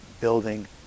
building